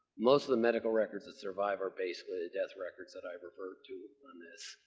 most of the medical records that survive are basically the death records that i've referred to on this,